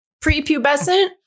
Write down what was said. Pre-pubescent